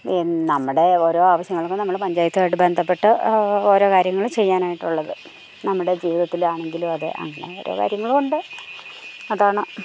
നമ്മുടെ ഓരോ ആവശ്യങ്ങൾക്കും നമ്മൾ പഞ്ചായത്തുമായിട്ട് ബന്ധപ്പെട്ട് ഓരോ കാര്യങ്ങൾ ചെയ്യാനായിട്ടുള്ളത് നമ്മുടെ ജീവിതത്തിലാണെങ്കിലും അതെ അങ്ങനെ ഓരോ കാര്യങ്ങളും ഉണ്ട് അതാണ്